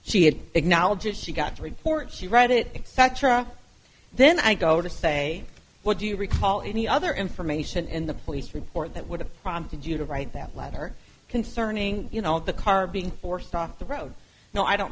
it she got to report she read it and spectra then i go to say what do you recall any other information in the police report that would have prompted you to write that letter concerning you know the car being forced off the road no i don't